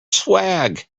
swag